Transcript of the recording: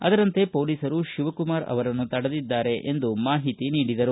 ಅದರಂತೆ ಪೊಲೀಸರು ಶಿವಕುಮಾರ್ ಅವರನ್ನು ತಡೆದಿದ್ದಾರೆ ಎಂದು ಮಾಹಿತಿ ನೀಡಿದರು